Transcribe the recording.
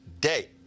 day